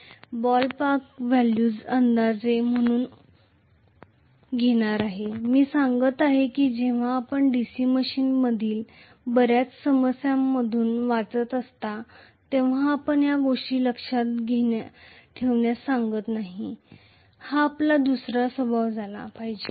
म्हणून मी हे काही बॉलपार्क व्हॅल्यूज अंदाजे मूल्ये म्हणून घेणार आहे मी सांगत आहे की जेव्हा आपण DC मशीनमधील बऱ्याच समस्यांमधून वाचत असता तेव्हा आपण या गोष्टी लक्षात ठेवण्यास सांगत नाही हा आपला दुसरा स्वभाव झाला पाहिजे